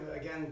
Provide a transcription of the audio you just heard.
again